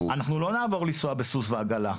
אנחנו לא נעבור לנסוע בסוס ועגלה.